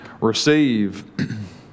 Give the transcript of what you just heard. receive